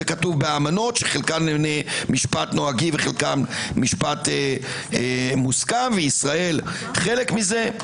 באמנות שחלקם משפט נוהגי וחלקם מוסכם וישראל חלק מזה.